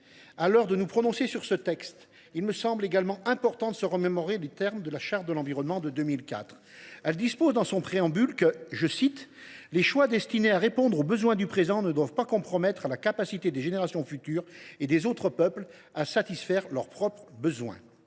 À l’heure de nous prononcer sur ce texte, remémorons nous les termes de la Charte de l’environnement de 2004. Son préambule dispose que « les choix destinés à répondre aux besoins du présent ne doivent pas compromettre la capacité des générations futures et des autres peuples à satisfaire leurs propres besoins ».